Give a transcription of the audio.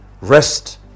Rest